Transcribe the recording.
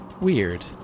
weird